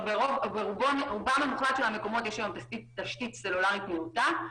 ברוב המוחלט היום של המקומות יש תשתית סלולרית נאותה.